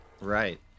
right